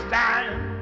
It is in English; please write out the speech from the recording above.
time